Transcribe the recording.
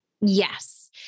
Yes